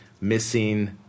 missing